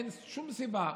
אין שום סיבה,